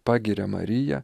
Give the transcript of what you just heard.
pagiria mariją